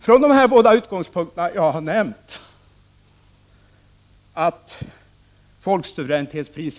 Från dessa båda utgångspunkter som jag nämnt — att folksuveränitetsprin Prot.